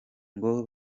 ngo